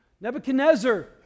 Nebuchadnezzar